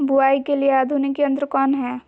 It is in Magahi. बुवाई के लिए आधुनिक यंत्र कौन हैय?